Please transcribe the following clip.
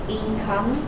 income